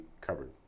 covered